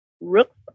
Rooks